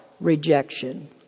rejection